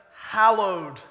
hallowed